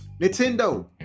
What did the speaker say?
nintendo